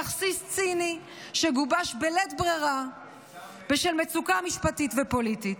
תכסיס ציני שגובש בלית ברירה בשל מצוקה משפטית ופוליטית.